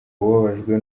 ubabajwe